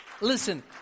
listen